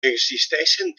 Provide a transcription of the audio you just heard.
existeixen